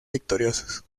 victoriosos